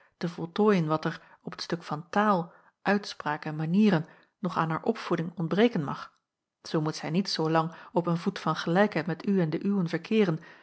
te voltooien wat er op t stuk van taal uitspraak en manieren nog aan haar opvoeding ontbreken mag zoo moet zij niet zoo lang op een voet van gelijkheid met u en de uwen verkeeren